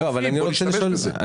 בואו נשתמש בזה.